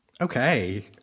okay